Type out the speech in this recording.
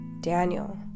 Daniel